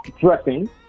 dressing